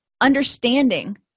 understanding